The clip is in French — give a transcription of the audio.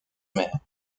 mère